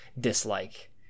dislike